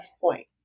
point